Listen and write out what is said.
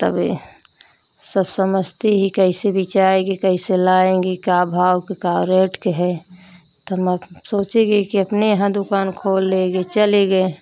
तब ये सब समझती ही कैसे भी चाएगी कैसे लाएंगी क्या भाव के का रेट के हैं त मैक सोचेगी कि अपने यहाँ दुकान खोल लेंगे चलेंगे